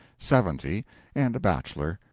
seventy and a bachelor,